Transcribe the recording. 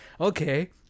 okay